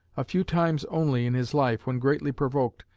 a few times only in his life, when greatly provoked,